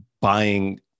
buying